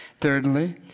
Thirdly